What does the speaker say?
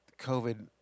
covid